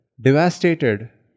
devastated